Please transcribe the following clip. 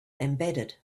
embedded